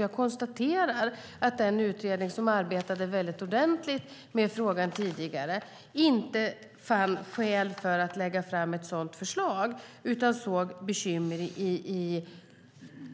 Jag konstaterar att den utredning som arbetade ordentligt med frågan tidigare inte fann skäl för att lägga fram ett sådant förslag utan såg bekymmer